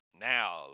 now